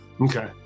Okay